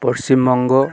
Paschimbanga